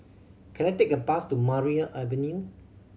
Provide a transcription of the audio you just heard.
can I take a bus to Maria Avenue